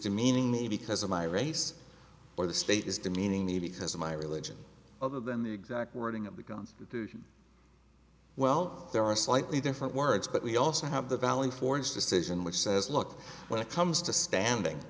demeaning me because of my race or the state is demeaning me because of my religion other than the exact wording of the gun well there are slightly different words but we also have the valley forge decision which says look when it comes to standing